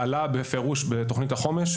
עלה בפירוש בתכנית החומש,